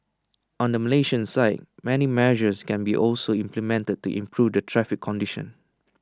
on the Malaysian side many measures can be also implemented to improve the traffic conditions